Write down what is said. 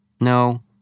No